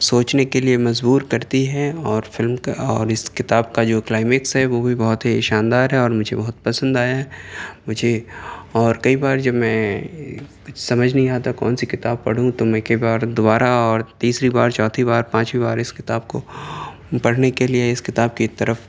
سوچنے کے لیے مجبور کرتی ہیں اور فلم کا اور اس کتاب کا جو کلائمیکس ہے وہ بھی بہت ہی شاندار ہے اور مجھے بہت پسند آیا ہے مجھے اور کئی بار جب میں سمجھ نہیں آتا کونسی کتاب پڑھوں تو میں کئی بار دوبارہ اور تیسری بار چوتھی بار اور پانچویں بار اس کتاب کو پڑھنے کے لیے اس کتاب کی طرف